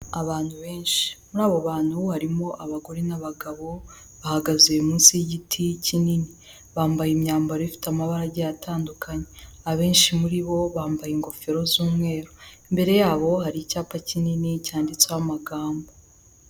Abantu benshi muri abo bantu bo harimo abagore n'abagabo bahagaze munsi y'igiti kinini, bambaye imyambaro ifite amabaragi atandukanye, abenshi muri bo bambaye ingofero z'umweru imbere yabo hari icyapa kinini cyanditseho amagambo.